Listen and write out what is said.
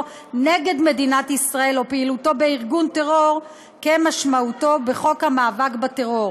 נגד מדינת ישראל או פעילותו בארגון טרור כמשמעותו בחוק המאבק בטרור.